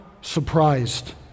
surprised